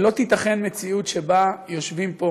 לא תיתכן מציאות שבה יושבים פה